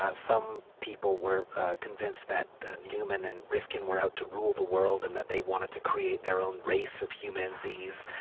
ah some people were convinced that newman and rifkin were out to rule the world and that they wanted to create their own race of humanzees.